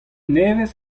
nevez